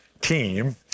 team